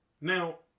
Now